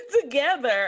together